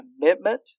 commitment